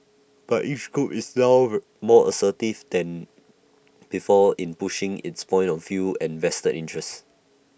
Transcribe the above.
but each group is now over more assertive than before in pushing its point of view and vested interests